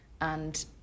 and-